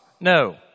No